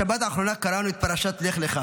השבת האחרונה קראנו את פרשת לך לך.